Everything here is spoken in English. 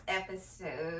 episode